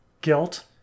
guilt